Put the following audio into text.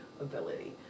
ability